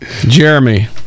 jeremy